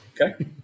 Okay